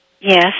Yes